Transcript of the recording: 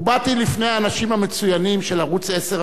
ובאתי לפני האנשים המצוינים של ערוץ-10,